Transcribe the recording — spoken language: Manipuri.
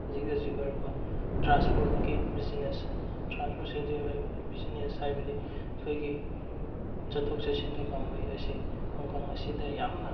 ꯍꯧꯖꯤꯛ ꯍꯧꯖꯤꯛ ꯑꯣꯏꯔꯤꯕ ꯇ꯭ꯔꯥꯟꯁꯄꯣꯠꯀꯤ ꯕꯤꯖꯤꯅꯦꯁ ꯇ꯭ꯔꯥꯟꯄꯣꯠ ꯕꯤꯖꯤꯅꯦꯁ ꯍꯥꯏꯕꯗꯤ ꯑꯩꯈꯣꯏꯒꯤ ꯆꯠꯊꯣꯛ ꯆꯠꯁꯤꯟꯒꯤ ꯄꯥꯝꯕꯩ ꯑꯁꯤ ꯈꯣꯡꯐꯝ ꯑꯁꯤꯗ ꯌꯥꯝꯅ